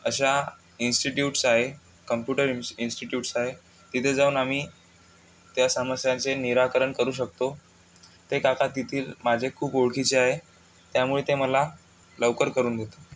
अशा इन्स्टिट्यूट्स आहे computer in institutes आहे तिथे जाऊन आम्ही त्या समस्यांचे निराकरण करू शकतो ते काका तेथील माझे खूप ओळखीचे आहे त्यामुळे ते मला लवकर करून देत